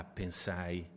pensai